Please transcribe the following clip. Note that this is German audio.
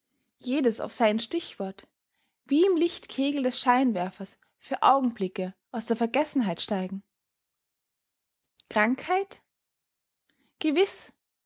jedes auf sein stichwort wie im lichtkegel des scheinwerfers für augenblicke aus der vergessenheit steigen krankheit gewiß